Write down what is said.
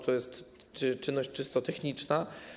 To jest czynność czysto techniczna.